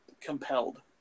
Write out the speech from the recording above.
compelled